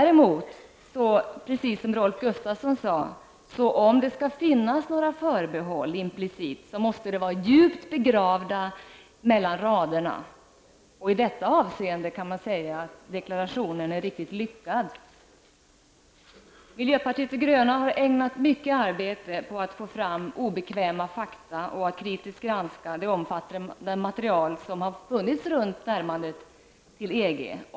Om det skulle finnas några förbehåll implicit, måste de, precis som Rolf Gustafsson skriver, vara djupt begravda mellan raderna. I detta avseende kan man säga att deklarationen är riktigt lyckad. Miljöpartiet de gröna har ägnat mycket arbete åt att få fram obekväma fakta och att kritiskt granska det omfattande material som har funnits runt närmandet till EG.